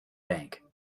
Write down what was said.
bank